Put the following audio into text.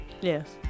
yes